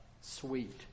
sweet